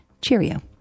Cheerio